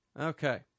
Okay